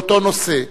באותו נושא.